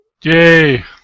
Yay